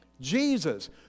Jesus